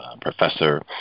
Professor